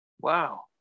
Wow